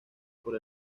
por